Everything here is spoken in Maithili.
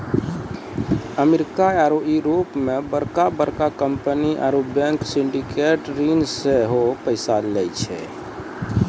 अमेरिका आरु यूरोपो मे बड़का बड़का कंपनी आरु बैंक सिंडिकेटेड ऋण से सेहो पैसा लै छै